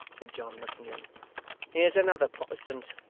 said john, looking in here's another protestant